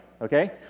okay